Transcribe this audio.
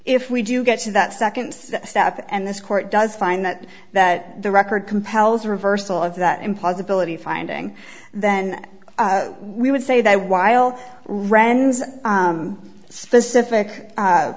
if we do get to that second step and this court does find that that the record compels reversal of that implausibility finding then we would say that while rennes specific